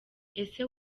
ese